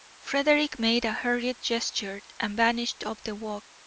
frederick made a hurried gesture and vanished up the walk.